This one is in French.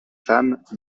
femmes